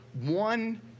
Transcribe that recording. One